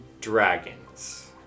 dragons